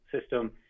system